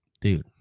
dude